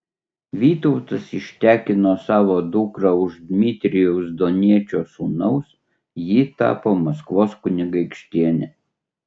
vytautas ištekino savo dukrą už dmitrijaus doniečio sūnaus ji tapo maskvos kunigaikštiene